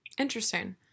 Interesting